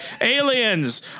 Aliens